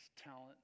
talent